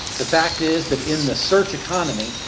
the fact is that in the search economy,